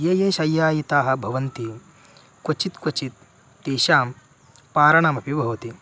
ये ये शय्यायिताः भवन्ति क्वचित् क्वचित् तेषां पारणमपि भवति